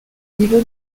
niveau